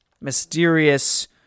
mysterious